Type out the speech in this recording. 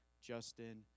Justin